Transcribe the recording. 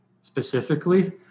specifically